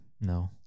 No